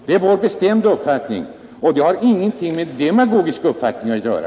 Det är vår bestämda uppfattning, och det har ingenting med dogmatisk uppfattning att göra.